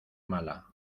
mala